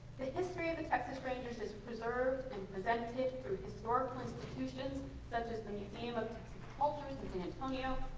the history of the texas rangers is preserved and presented from historical institutions such as the museum of texan cultures, it's in antonio,